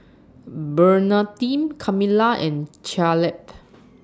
Bernardine Kamilah and Caleb